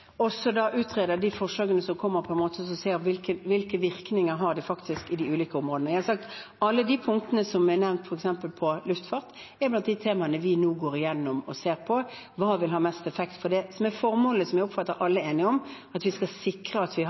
de forslagene som kommer, på en måte som gjør at vi ser hvilke virkninger de faktisk har på de ulike områdene. Jeg har sagt at alle de punktene som er nevnt f.eks. når det gjelder luftfart, er blant de temaene vi nå går igjennom og ser på – hva som vil ha mest effekt. Det som er formålet, og som jeg oppfatter at alle er enige om, er at vi skal sikre at vi har en infrastruktur, at vi